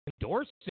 endorsing